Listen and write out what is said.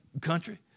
country